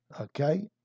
okay